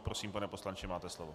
Prosím, pane poslanče, máte slovo.